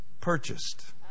Purchased